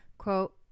Quote